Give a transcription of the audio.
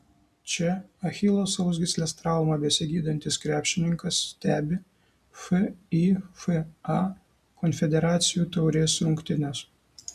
čia achilo sausgyslės traumą besigydantis krepšininkas stebi fifa konfederacijų taurės rungtynes